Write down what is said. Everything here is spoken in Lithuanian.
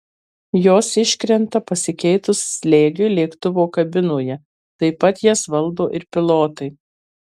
jos iškrenta pasikeitus slėgiui lėktuvo kabinoje taip pat jas valdo ir pilotai